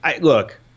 Look